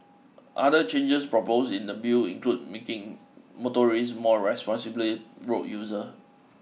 other changes proposed in the Bill include making motorists more responsible road user